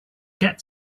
get